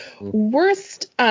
worst